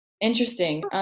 Interesting